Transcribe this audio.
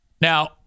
Now